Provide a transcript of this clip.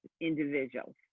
individuals